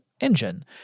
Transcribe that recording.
engine